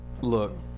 Look